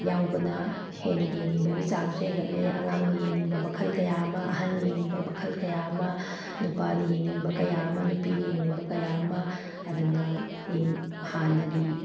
ꯌꯥꯎꯕꯅ ꯍꯦꯟꯅ ꯌꯦꯡꯅꯤꯡꯕꯒꯤ ꯆꯥꯡꯁꯨ ꯍꯦꯟꯒꯠꯂꯦ ꯑꯉꯥꯡꯅ ꯌꯦꯡꯅꯤꯡꯕ ꯃꯈꯜꯅ ꯀꯌꯥ ꯑꯃ ꯑꯍꯟꯅ ꯌꯦꯡꯅꯤꯡꯕ ꯃꯈꯜ ꯀꯌꯥ ꯑꯃ ꯅꯨꯄꯥꯅ ꯌꯦꯡꯅꯤꯡꯕ ꯀꯌꯥ ꯑꯃ ꯅꯨꯄꯤ ꯌꯦꯡꯅꯤꯡꯕ ꯀꯌꯥ ꯑꯃ ꯑꯗꯨꯅ ꯍꯥꯟꯅꯒꯤ